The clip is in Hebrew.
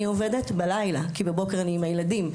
עובדת בלילה כי בבוקר אני עם הילדים.